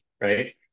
right